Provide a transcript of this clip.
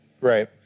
Right